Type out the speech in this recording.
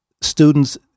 students